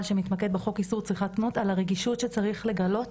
שמתמקד בחוק איסור צריכת זנות על הרגישות שצריך לגלות